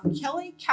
Kelly